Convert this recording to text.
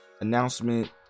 announcement